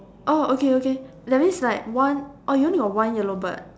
oh okay okay that means like one oh you only got one yellow bird